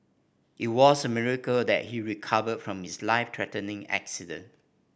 it was a miracle that he recovered from his life threatening accident